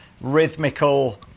rhythmical